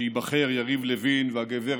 שייבחר, יריב לוין והגב'